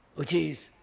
which is,